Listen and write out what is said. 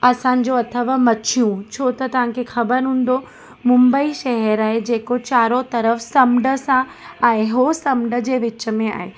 असांजो अथव मच्छियूं छो त तव्हांखे ख़बर हूंदो मुंबई शहर आहे जेको चारो तरफ़ु समुंड सां आहे हो समुंड जे विच में आहे